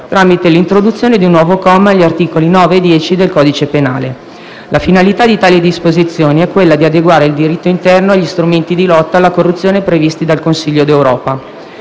tramite l'introduzione di un nuovo comma agli articoli 9 e 10 del codice penale. La finalità di tali disposizioni è quella di adeguare il diritto interno agli strumenti di lotta alla corruzione previsti dal Consiglio d'Europa.